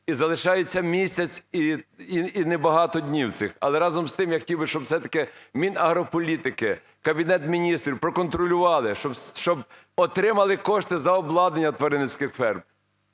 і залишається місяць і небагато днів цих, але разом з тим я хотів би, щоб все-такиМінагрополітики, Кабінет Міністрів проконтролювали, щоб отримали кошти за обладнання тваринницьких ферм,